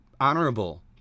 honorable